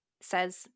says